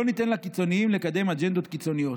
לא ניתן לקיצוניים לקדם אג'נדות קיצוניות.